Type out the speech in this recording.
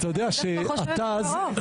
אני דווקא חושבת קרוב.